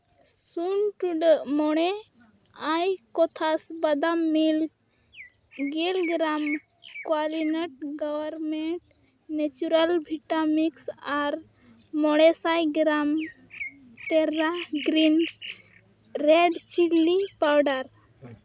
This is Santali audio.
ᱥᱩᱱ ᱴᱩᱰᱟᱹᱜ ᱢᱚᱬᱮ ᱟᱭ ᱠᱚᱛᱷᱟᱥ ᱵᱟᱫᱟᱢ ᱢᱤᱞᱠ ᱜᱮᱞ ᱜᱨᱟᱢ ᱠᱚᱣᱟᱞᱤᱱᱟᱴ ᱜᱟᱵᱟᱨᱱᱢᱮᱱᱴ ᱱᱮᱪᱚᱨᱟᱞ ᱵᱷᱤᱴᱟᱢᱤᱠᱥ ᱟᱨ ᱢᱚᱬᱮ ᱥᱟᱭ ᱜᱨᱟᱢ ᱛᱮᱨᱨᱟ ᱜᱨᱤᱢᱥ ᱨᱮᱰ ᱪᱤᱞᱞᱤ ᱯᱟᱣᱰᱟᱨ